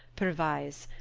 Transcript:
pervyse.